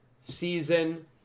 season